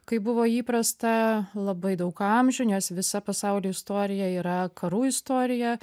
kaip buvo įprasta labai daug amžių nes visa pasaulio istorija yra karų istorija